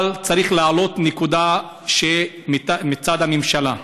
אבל צריך להעלות נקודה מצד הממשלה.